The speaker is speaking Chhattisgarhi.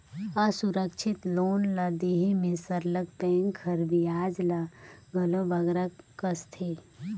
असुरक्छित लोन ल देहे में सरलग बेंक हर बियाज ल घलो बगरा कसथे